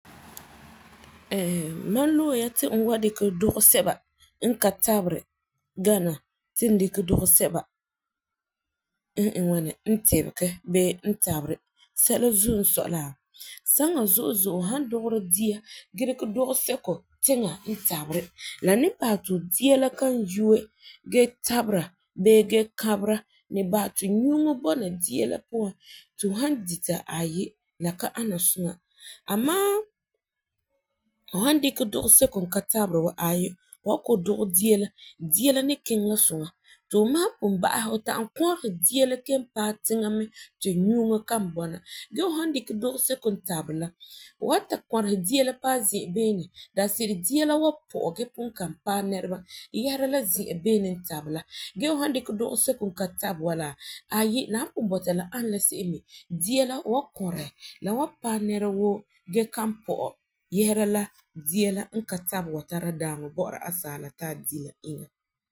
Ɛɛ, mam lo ya ti n wan dikɛ dukɔ sɛba n ka taberi gana ti n dikɛ dukɔ sɛba n iŋɛ ŋwani, n tibegɛ bee n taberi sɛla zuo n sɔi la saŋa zo'e zo'e fu san dugera dia gee dikɛ dukɔsɛko tiŋa n taberi la, la ni bahɛ ti fu dia la kan yu'e gee tabera bee gee kabera ni basɛ ti nyuuŋɔ bɔna dia la puan ti fu san dita aayi la ka ana suŋa amaa fu san dikɛ dukɔ sɛko n ka taberi wa aayi fu san koo dugɛ dia la, dia la ni kiŋɛ la suŋa ti fu san pugum ba'asɛ fu ta'am kɔresi dia paɛ tiŋa ti nyuuŋɔ kan bɔna gee fu san dikɛ dukɔ sɔko n taberi la fu wan ta kɔresi dia la zi'an beene daanse'ere dia la wan pɔ'ɛ gee pugum kan paɛ nɛreba yesera zi'an beene n tabe la, gee fu san dikɛ dukɔ sɛko n ka taberj wa, aayi la san pugum bɔta la ana la se'em dia fu wan kɔresi la wan paɛ nɛreba woo gee kan pɔ'ɛ yesera la dia la n ka tabe wan tara daaŋɔ bɔ'ɔra asaala ti a di la iŋa bo bini.